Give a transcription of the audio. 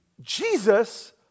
Jesus